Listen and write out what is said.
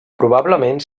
probablement